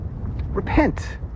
repent